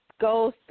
goes